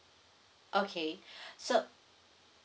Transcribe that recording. okay so